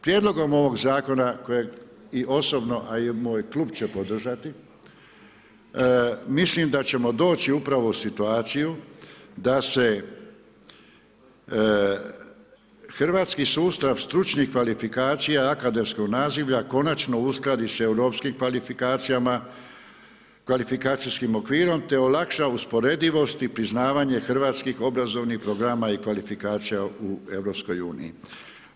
Prijedlogom ovog zakona kojeg i osobno a i moj klub će podržati, mislim da ćemo doći upravo u situaciju da se hrvatski sustav stručnih kvalifikacija akademskog nazivlja konačno uskladi sa Europskim kvalifikacijskim okvirom te olakša usporedivost i priznavanje hrvatskih obrazovnih programa i kvalifikacija u EU-u.